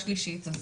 שלישית.